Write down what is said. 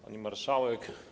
Pani Marszałek!